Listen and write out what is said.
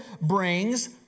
brings